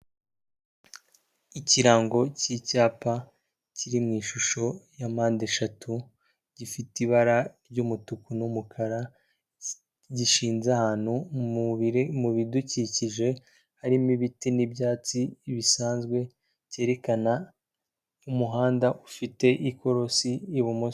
Ikirango cy'icyapa kiri mu ishusho ya mpande eshatu, gifite ibara ry'umutuku n'umukara, gishinze ahantu mu bidukikije harimo ibiti n'ibyatsi bisanzwe, cyerekana umuhanda ufite ikorosi ibumoso.